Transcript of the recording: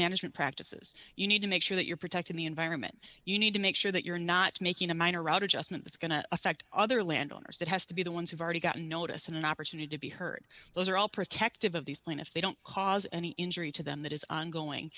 management practices you need to make sure that you're protecting the environment you need to make sure that you're not making a minor rod adjustment that's going to affect other land owners that has to be the ones who've already gotten notice an opportunity to be heard those are all protective of these plaintiffs they don't cause any injury to them that is ongoing